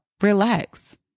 relax